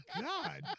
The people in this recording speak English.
God